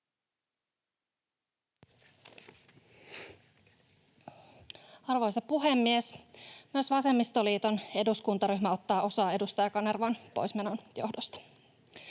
Arvoisa puhemies! Myös vasemmistoliiton eduskuntaryhmä ottaa osaa edustaja Kanervan poismenon johdosta.